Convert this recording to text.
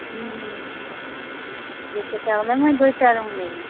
ଉଁ ହୁଁ ଯେତେଟା ହେଲେ ମୁଇଁ ଦୁଇଟା ରୁମ୍ ନେବି